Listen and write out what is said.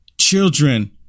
children